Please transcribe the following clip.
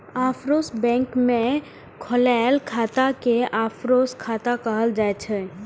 offshore bank मे खोलाएल खाता कें ऑफसोर खाता कहल जाइ छै